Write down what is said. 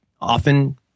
often